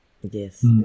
Yes